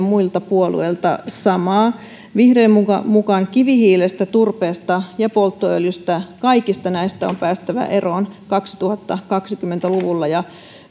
muilta puolueilta samaa vihreiden mukaan kivihiilestä turpeesta ja polttoöljystä kaikista näistä on päästävä eroon kaksituhattakaksikymmentä luvulla ja